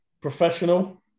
Professional